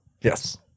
Yes